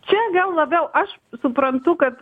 čia gal labiau aš suprantu kad